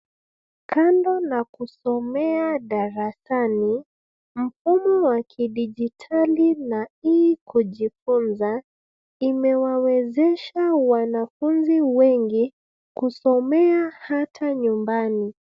Kando na kusomea darasani, mfumo wa kidijitali na e-kujifunza , imewawezesha wanafunzi wengi kusomea hata nyumbani.